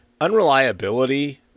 unreliability